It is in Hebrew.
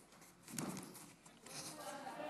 ההצעה